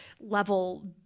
level